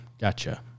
Gotcha